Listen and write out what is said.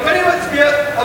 נתקבל.